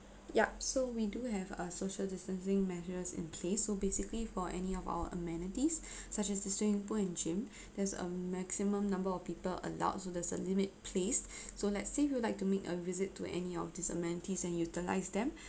yup so we do have a social distancing measures in place so basically for any of our amenities such as the swimming pool and gym there's a maximum number of people allowed so there's a limit placed so let's say if you'd like to make a visit to any of these amenities and utilize them